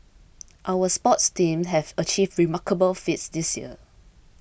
our sports team have achieved remarkable feats this year